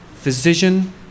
Physician